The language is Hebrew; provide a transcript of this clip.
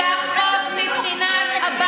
זאת מערכת החינוך הרקובה שלך,